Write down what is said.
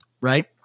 Right